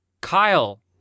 Kyle